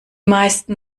meisten